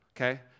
okay